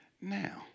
now